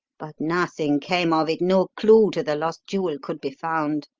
but nothing came of it no clue to the lost jewel could be found.